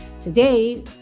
Today